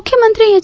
ಮುಖ್ಯಮಂತ್ರಿ ಎಚ್